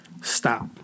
stop